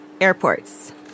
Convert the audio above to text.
airports